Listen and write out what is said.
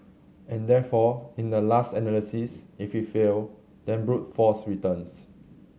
and therefore in the last analysis if we fail then brute force returns